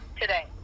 today